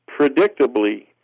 Predictably